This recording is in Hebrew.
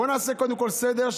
בואו נעשה קודם כול סדר,